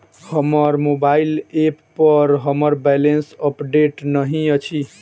हमर mobile app पर हमर बैलेंस अपडेट नहि अछि